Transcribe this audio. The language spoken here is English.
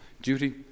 duty